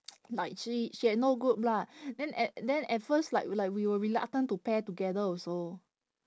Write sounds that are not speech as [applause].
[noise] like she she had no group lah then at then at first like we like we were reluctant to pair together also